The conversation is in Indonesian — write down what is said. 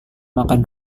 makan